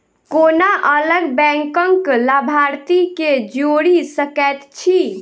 कोना अलग बैंकक लाभार्थी केँ जोड़ी सकैत छी?